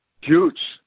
Huge